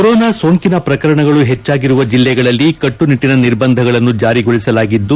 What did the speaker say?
corona ಸೋಂಕಿನ ಪ್ರಕರಣಗಳು ಹೆಚ್ಚಾಗಿರುವ ಜಿಲ್ಲೆಗಳಲ್ಲಿ ಕಟ್ಟುನಿಟ್ಟನ ನಿರ್ಬಂಧಗಳನ್ನು ಜಾರಿಗೊಳಿಸಲಾಗಿದ್ದು